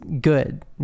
good